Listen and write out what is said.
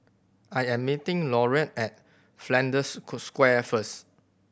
I am meeting Loretta at Flanders Square first